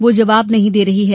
वह जवाब नहीं दे रही है